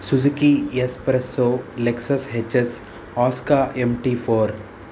Suzuki S Presso Lexus HS ఆస్కా MT four